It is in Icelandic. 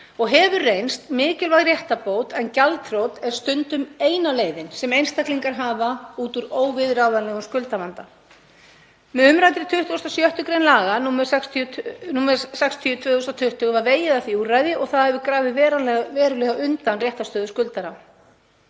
og hefur reynst mikilvæg réttarbót en gjaldþrot er stundum eina leiðin sem einstaklingar hafa út úr óviðráðanlegum skuldavanda. Með umræddri 26. gr. laga, nr. 60/2020, var vegið að því úrræði og það hefur grafið verulega undan réttarstöðu skuldara.